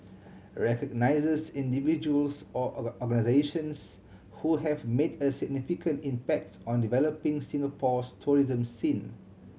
recognises individuals or or organisations who have made a significant impacts on developing Singapore's tourism scene